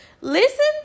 Listen